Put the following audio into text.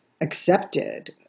accepted